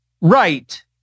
Right